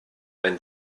ein